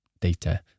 data